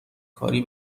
کاری